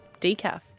decaf